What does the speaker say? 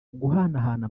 guhanahana